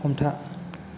हमथा